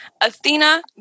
Athena